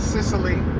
Sicily